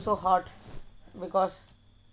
so hot because